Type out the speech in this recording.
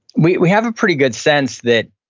we we have a pretty good sense that,